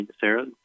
Sarah